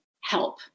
help